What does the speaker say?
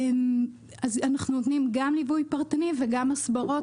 אז אנחנו נותנים גם ליווי פרטני וגם הסברות